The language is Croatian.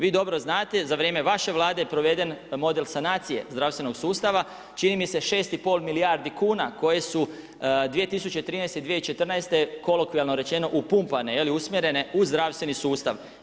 Vi dobro znate za vrijeme vaše Vlade je proveden model sanacije zdravstvenog sustava, čini mi se 6,5 milijardi kuna koje su 2013. i 2014. kolokvijalno rečeno upumpane je li, usmjerene u zdravstveni sustav.